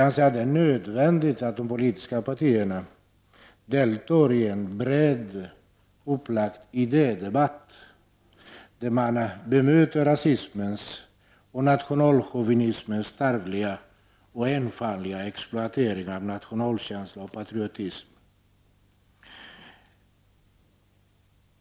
Det är nödvändigt att de politiska partierna deltar i en brett upplagd idé debatt, där man bemöter rasismens och nationalchauvinismens tarvliga och enfaldiga exploatering av nationalkänsla och patriotism.